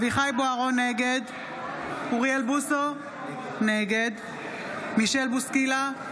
נגד אוריאל בוסו, נגד מישל בוסקילה,